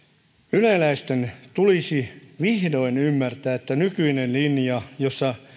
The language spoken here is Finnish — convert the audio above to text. yleläisten tulisi vihdoin ymmärtää että nykyinen linja jossa